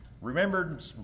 remembered